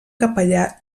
capellà